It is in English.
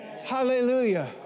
Hallelujah